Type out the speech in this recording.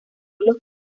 los